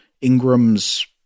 Ingram's